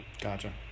gotcha